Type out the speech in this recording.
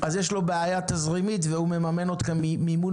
יש לו בעיה תזרימית והוא מממן אתכם מימון